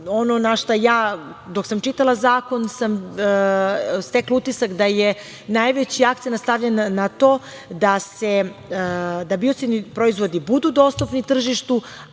dok sam čitala zakon sam stekla utisak da je najveći akcenat stavljen na to da biocidni proizvodi budu dostupni tržištu,